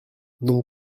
non